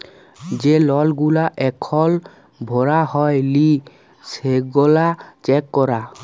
যে লল গুলা এখল ভরা হ্যয় লি সেগলা চ্যাক করা